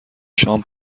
شام